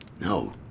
No